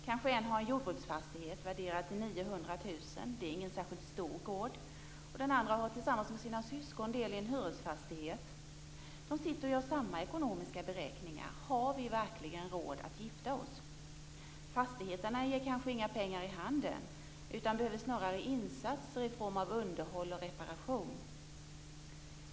Kanske en har en jordbruksfastighet värderad till 900 000 kr - det är inte en särskilt stor gård - och den andra har, tillsammans med sina syskon, del i en hyresfastighet. De sitter och gör samma ekonomiska beräkningar: Har vi verkligen råd att gifta oss? Fastigheterna ger kanske inga pengar i handen, utan behöver snarare insatser i form av underhåll och reparation.